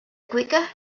quicker